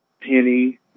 Penny